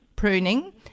pruning